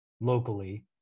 locally